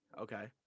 Okay